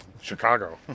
chicago